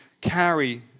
carry